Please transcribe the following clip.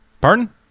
Pardon